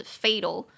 fatal